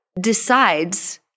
decides